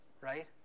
Right